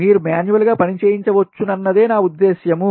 మీరు మాన్యువల్ గా పని చేయించవచ్చు నన్నదే నా ఉద్దేశ్యం